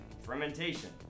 fermentation